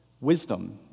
Wisdom